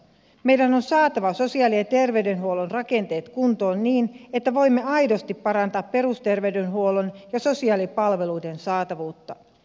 meidän on saatava sosiaali ja terveydenhuollon rakenteet kuntoon niin että voimme aidosti parantaa perusterveydenhuollon ja sosiaalipalveluiden saatavuutta